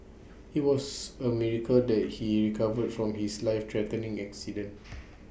IT was A miracle that he recovered from his life threatening accident